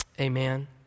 Amen